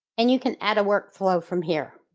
and you can add a workflow from here.